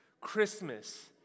Christmas